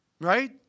Right